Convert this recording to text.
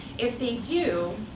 if they do,